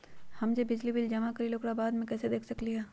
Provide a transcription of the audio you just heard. हम जे बिल जमा करईले ओकरा बाद में कैसे देख सकलि ह?